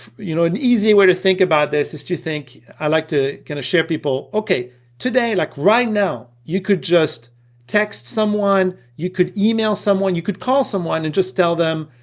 you know, an easier way to think about this is to think, i like to kinda share people okay today like right now, you could just text someone, you could email someone, you could call someone and just tell them,